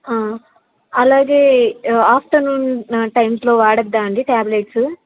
అలాగే ఆఫ్టర్నూన్ టైమ్స్లో వాడద్దా అండి టాబ్లెట్స్